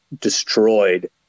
destroyed